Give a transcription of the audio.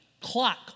clock